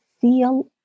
feel